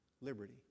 Liberty